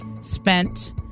spent